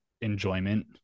enjoyment